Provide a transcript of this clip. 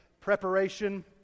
preparation